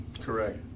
Correct